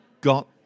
got